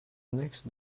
next